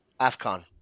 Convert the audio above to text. AFCON